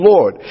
Lord